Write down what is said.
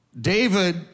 David